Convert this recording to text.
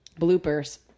bloopers